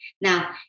Now